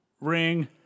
ring